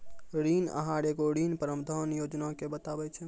ऋण आहार एगो ऋण प्रबंधन योजना के बताबै छै